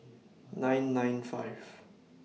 nine nine five